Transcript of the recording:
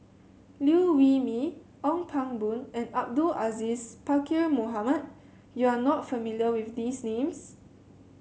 Liew Wee Mee Ong Pang Boon and Abdul Aziz Pakkeer Mohamed You are not familiar with these names